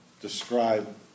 describe